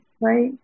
right